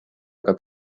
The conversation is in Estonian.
ega